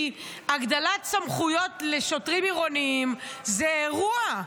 כי הגדלת סמכויות לשוטרים עירוניים היא אירוע,